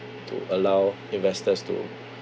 to allow investors to